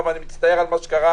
אני מצטער על מה שקרה.